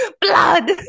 Blood